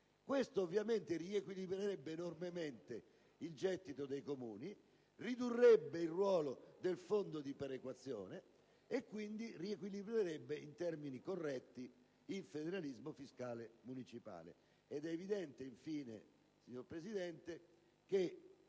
permetterebbe di riequilibrare enormemente il gettito dei Comuni, ridurrebbe il ruolo del fondo di perequazione e quindi riequilibrerebbe in termini corretti il federalismo fiscale municipale. È evidente, infine, signor Presidente, che